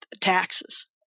taxes